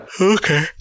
Okay